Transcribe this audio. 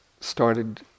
started